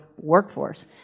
workforce